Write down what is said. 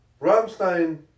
Rammstein